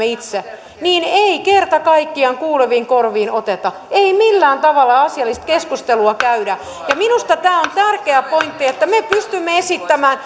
itse niin ei kerta kaikkiaan kuuleviin korviin oteta ei millään tavalla asiallista keskustelua käydä minusta tämä on tärkeä pointti että me pystymme esittämään